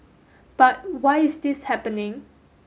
but why is this happening